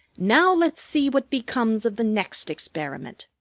now let's see what becomes of the next experiment.